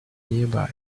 nearby